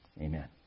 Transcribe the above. Amen